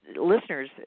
listeners –